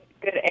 good